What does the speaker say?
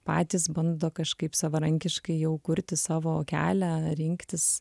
patys bando kažkaip savarankiškai jau kurti savo kelią rinktis